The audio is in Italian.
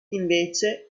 invece